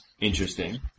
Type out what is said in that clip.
Interesting